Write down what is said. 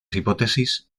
hipótesis